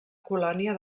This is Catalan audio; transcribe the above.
colònia